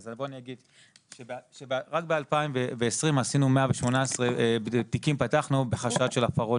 רק ב-2020 פתחנו 118 תיקים בחשד של הפרות